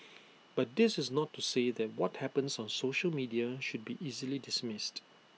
but this is not to say that what happens on social media should be easily dismissed